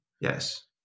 Yes